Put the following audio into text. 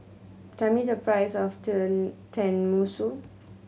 tell me the price of Tenmusu